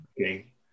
Okay